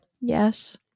yes